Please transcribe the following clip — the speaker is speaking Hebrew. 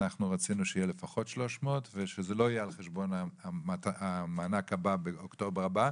רצינו שיהיה לפחות 300 ושזה לא יהיה על חשבון המענק הבא באוקטובר הבא,